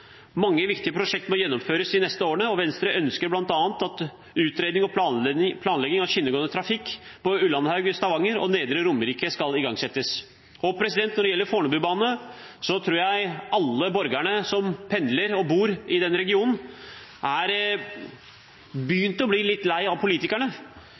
Mange viktige prosjekter må gjennomføres de neste årene, og Venstre ønsker bl.a. at utredning og planlegging av skinnegående trafikk på Ullandhaug i Stavanger og i Nedre Romerike skal igangsettes. Når det gjelder Fornebubanen, tror jeg alle borgerne som pendler og bor i den regionen, er